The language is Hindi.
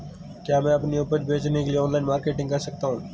क्या मैं अपनी उपज बेचने के लिए ऑनलाइन मार्केटिंग कर सकता हूँ?